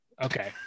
okay